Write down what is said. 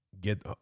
get